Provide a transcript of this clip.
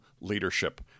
leadership